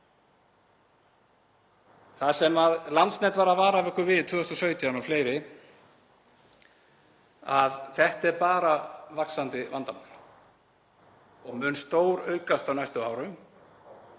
Það sem Landsnet var að vara okkur við 2017 og fleiri er bara vaxandi vandamál og mun stóraukast á næstu árum